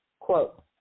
Quote